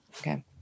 Okay